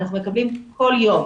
אנחנו מקבלים כל יום,